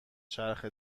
چرخ